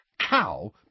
cow